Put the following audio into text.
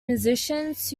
musicians